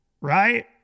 right